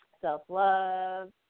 self-love